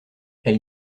elle